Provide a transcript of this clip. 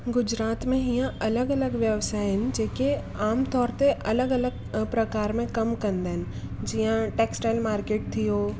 गुजरात में हींअ अलॻि अलॻि व्यवसाय आहिनि जेके आमतौरु ते अलॻि अलॻि प्रकार में कमु कंदा आहिनि जीअं टैक्सटाइल मार्केट थी वियो